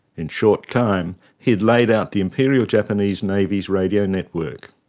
in short time, he had laid out the imperial japanese navy's radio network.